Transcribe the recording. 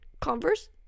converse